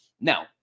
now